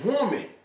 woman